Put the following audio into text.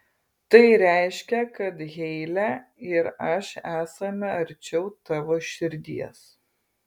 tai reiškia kad heile ir aš esame arčiau tavo širdies